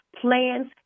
plans